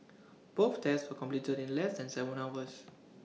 both tests were completed in less than Seven hours